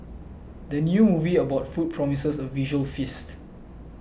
the new movie about food promises a visual feast